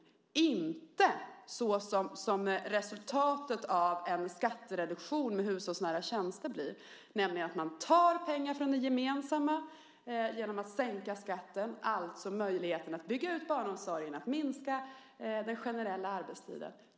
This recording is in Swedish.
De behöver inte det som resultatet av en skattereduktion för hushållsnära tjänster blir, nämligen att man tar pengar från det gemensamma genom att sänka skatten, alltså möjligheten att bygga ut barnomsorgen och minska den generella arbetstiden.